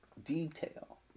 Detail